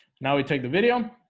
now we take the video